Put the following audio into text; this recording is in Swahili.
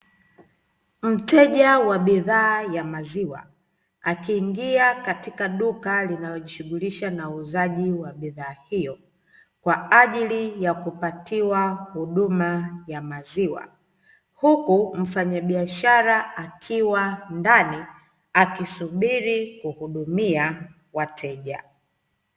Mteja wa bidhaa ya maziwa ,akiingia katika duka linalojishughulisha na uuzaji wa bidhaa hiyo, kwa ajili ya kupatiwa huduma ya maziwa, huku mfanyabiashara akiwa ndani, akisubiri kuhudumia wateja.